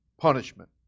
punishment